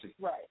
Right